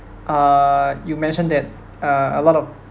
err you mentioned that uh a lot of